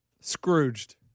Scrooged